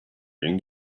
ring